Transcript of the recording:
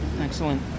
Excellent